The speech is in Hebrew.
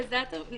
הנדרשת הפעלה.